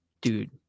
Dude